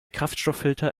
kraftstofffilter